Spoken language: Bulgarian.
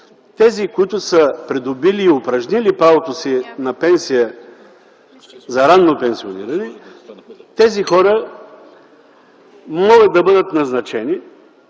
тези, които са придобили и упражнили правото си на пенсия за ранно пенсиониране, тези хора могат да бъдат назначени,